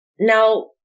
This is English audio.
Now